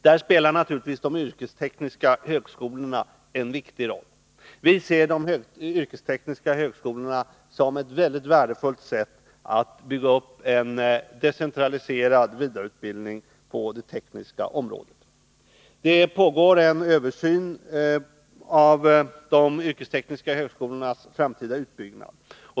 Där spelar naturligtvis de yrkestekniska högskolorna en viktig roll. Vi ser de yrkestekniska högskolorna som en värdefull väg att bygga upp en decentraliserad vidareutbildning på det tekniska området. Det pågår en översyn av frågan om de yrkestekniska högskolornas framtida utbyggnad.